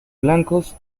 blancos